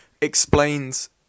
explains